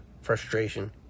frustration